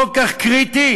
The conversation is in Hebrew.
כל כך קריטי?